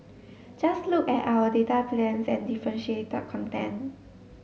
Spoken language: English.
just look at our data plans and differentiated content